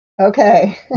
Okay